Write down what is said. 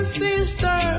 sister